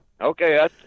Okay